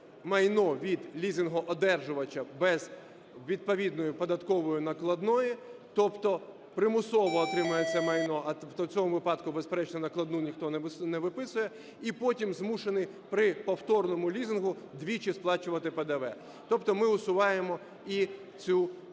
майно від лізинг-одержувача без відповідної податкової накладної, тобто примусово отримує це майно. А в цьому випадку, безперечно, накладну ніхто не виписує, і потім змушений при повторному лізингу двічі сплачувати ПДВ, тобто ми усуваємо і цю